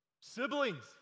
Siblings